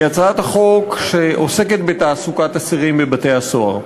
הצעת החוק שעוסקת בתעסוקת אסירים בבתי-הסוהר,